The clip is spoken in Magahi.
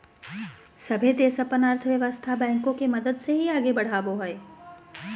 सभे देश अपन अर्थव्यवस्था बैंको के मदद से ही आगे बढ़ावो हय